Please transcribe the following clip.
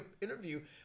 interview